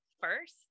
first